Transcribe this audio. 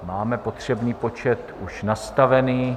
Máme potřebný počet už nastavený.